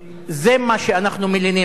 זה מה שאנחנו מלינים עליו,